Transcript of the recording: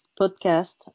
podcast